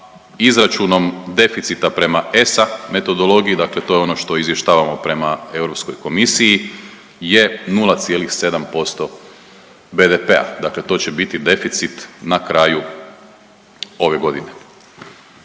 izračunom deficita prema ESA metodologiji, dakle to je ono što izvještavamo prema Europskoj komisiji je 0,7% BDP-a, dakle to će biti deficit na kraju ove godine.